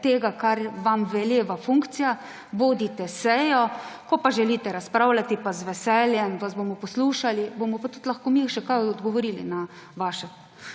kar vam veleva funkcija, vodite sejo, ko pa želite razpravljati, pa z veseljem vas bomo poslušali, bomo pa tudi mi še kaj odgovorili na vašo